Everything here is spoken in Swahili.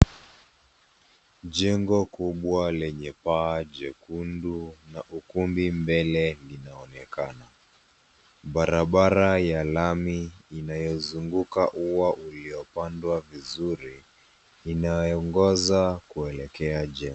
Jengo kubwa lenye paa jekundu na ukumbi mbele linaonekana . Barabara ya lami inayozunguka ua uliopandwa vizuri, inaongoza kuelekea jengo.